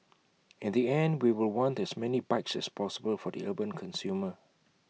in the end we will want as many bikes as possible for the urban consumer